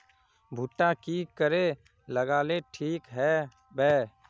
भुट्टा की करे लगा ले ठिक है बय?